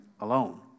alone